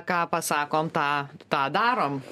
ką pasakom tą tą darom